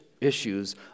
issues